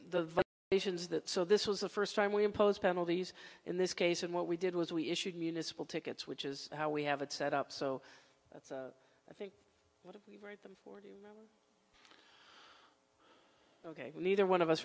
the patients that so this was the first time we impose penalties in this case and what we did was we issued municipal tickets which is how we have it set up so that's what we write them for ok neither one of us